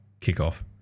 kickoff